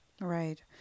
Right